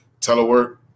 telework